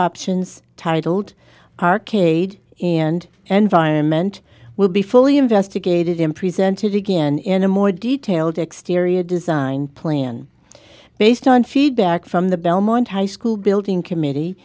options titled arcade and and via ment will be fully investigated in presented again in a more detailed exterior design plan based on feedback from the belmont high school building committee